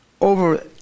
Over